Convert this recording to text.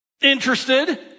interested